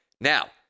Now